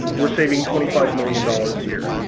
we're saving twenty five million dollars a year.